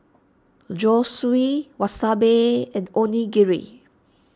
Zosui Wasabi and Onigiri